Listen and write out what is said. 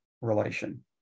relation